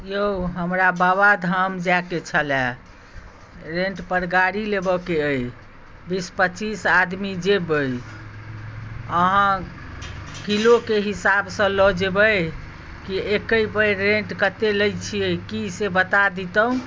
औ हमरा बाबाधाम जाइके छलै रेन्टपर गाड़ी लेबऽके अइ बीस पचीस आदमी जेबै अहाँ किलोके हिसाबसँ लऽ जेबै कि एके बेर रेन्ट कतेक लै छिए कि से बता देतहुँ